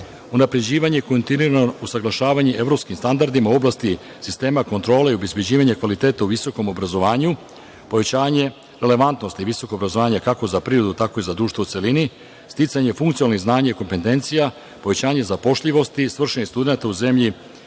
unapređivanje, kontinuirano usaglašavanje evropskim standardima u oblasti sistema kontrole i obezbeđivanje kvaliteta u visokom obrazovanju, povećavanje relevantnosti visokog obrazovanja kako za privredu, tako i za društvo u celini, sticanje funkcionalnih znanja i kompetencija, povećanje zapošljivosti svršenih studenata u zemlji